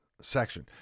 section